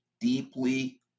deeply